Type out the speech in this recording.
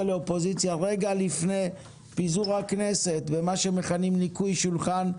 לאופוזיציה רגע לפני פיזור הכנסת ומה שמכנים ניקוי שולחן,